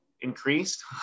increased